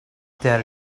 their